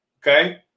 Okay